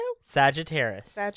Sagittarius